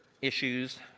issues